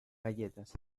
galletas